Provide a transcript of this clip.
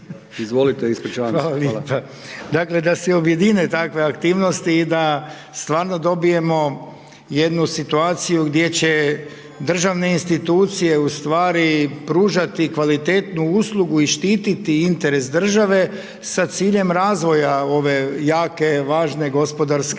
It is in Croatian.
**Hrg, Branko (HDS)** Dakle, da se objedine takve aktivnosti i da stvarno dobijemo jednu situaciju gdje će državne institucije u stvari pružati kvalitetnu uslugu i štititi interes države sa ciljem razvoja ove jake, važne gospodarske